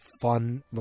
fun